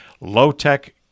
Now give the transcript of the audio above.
low-tech